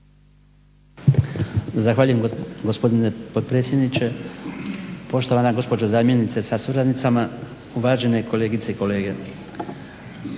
Zahvaljujem gospodine potpredsjedniče. Poštovana gospođo zamjenice sa suradnicama, uvažene kolegice i kolege.